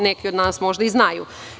Neki od nas možda i znaju.